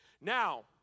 Now